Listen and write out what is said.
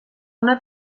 una